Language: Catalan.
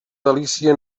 delícia